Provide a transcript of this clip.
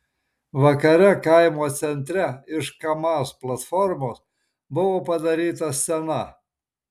vakare kaimo centre iš kamaz platformos buvo padaryta scena